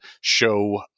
show